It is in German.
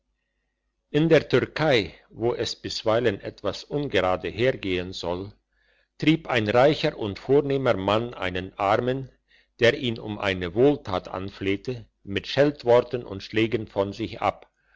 in der türkei wo es bisweilen etwas ungerade hergehen soll trieb ein reicher und vornehmer mann einen armen der ihn um eine wohltat anflehte mit scheltworten und schlägen von sich ab